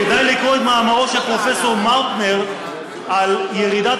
כדאי לקרוא את מאמרו של פרופ' מאוטנר על ירידת